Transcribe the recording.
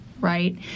right